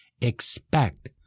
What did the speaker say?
Expect